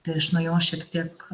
tai aš nuo jo šiek tiek